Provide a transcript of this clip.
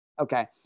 Okay